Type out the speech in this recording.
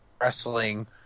wrestling